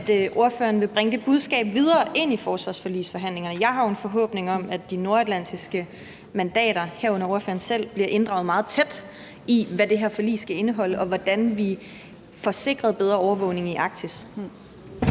at ordføreren vil bringe det budskab videre ind i forsvarsforligsforhandlingerne? Jeg har jo en forhåbning om, at de nordatlantiske mandater, herunder ordføreren selv, bliver meget tæt inddraget i, hvad det her forlig skal indeholde, og hvordan vi får sikret bedre overvågning i Arktis.